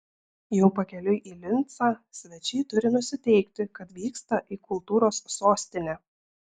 jau pakeliui į lincą svečiai turi nusiteikti kad vyksta į kultūros sostinę